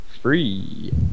free